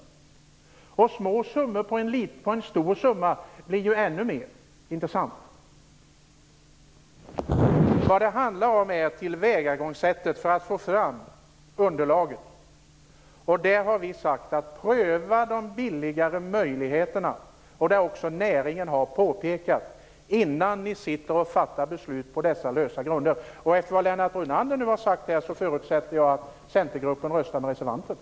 En liten summa ovanpå en stor summa blir ju ännu mer - inte sant? Vad det handlar om är tillvägagångssättet för att få fram underlaget. Där har vi sagt: Pröva de billigare möjligheterna innan ni fattar beslut på dessa lösa grunder! Det har också näringen påpekat att man bör göra. Efter vad Lennart Brunander nu har sagt förutsätter jag att centergruppen röstar för reservationen.